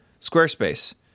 Squarespace